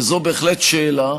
וזו בהחלט שאלה,